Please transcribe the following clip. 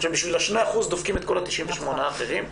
ובשביל ה-2% דופקים את כל ה-98% האחרים.